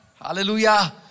hallelujah